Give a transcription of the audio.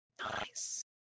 Nice